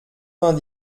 vingt